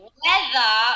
weather